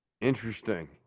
Interesting